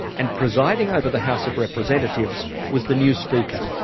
and presiding over the house of representatives was the new speaker,